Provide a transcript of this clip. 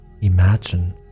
imagine